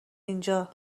اینجا